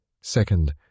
Second